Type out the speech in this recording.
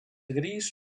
gris